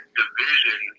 division